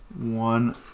one